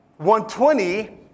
120